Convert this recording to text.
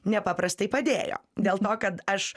nepaprastai padėjo dėl to kad aš